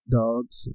dogs